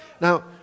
Now